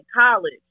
college